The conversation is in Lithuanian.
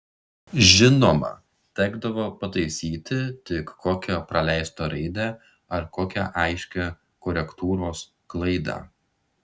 žinoma tekdavo pataisyti tik kokią praleistą raidę ar kokią aiškią korektūros klaidą